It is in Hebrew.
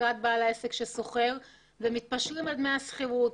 לקראת בעל העסק השוכר ומתפשרים על דמי השכירות,